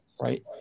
right